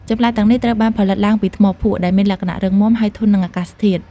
ចម្លាក់ទាំងនេះត្រូវបានផលិតឡើងពីថ្មភក់ ដែលមានលក្ខណៈរឹងមាំ ហើយធន់នឹងអាកាសធាតុ។